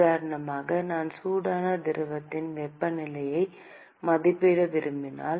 உதாரணமாக நான் சூடான திரவத்தின் வெப்பநிலையை மதிப்பிட விரும்பினால்